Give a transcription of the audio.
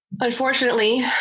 Unfortunately